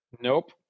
Nope